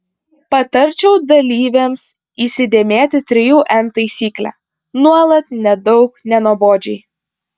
patarčiau dalyvėms įsidėmėti trijų n taisyklę nuolat nedaug nenuobodžiai